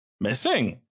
missing